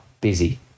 busy